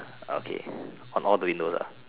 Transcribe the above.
okay on all the windows ah